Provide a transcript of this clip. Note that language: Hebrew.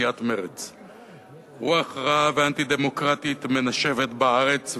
רעה ואנטי-דמוקרטית מנשבת בארץ,